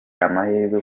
amahirwe